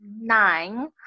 nine